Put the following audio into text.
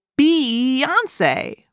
Beyonce